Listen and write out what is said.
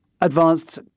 advanced